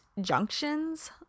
junctions